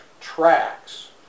tracks